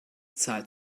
zahlt